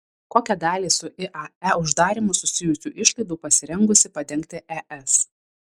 kokią dalį su iae uždarymu susijusių išlaidų pasirengusi padengti es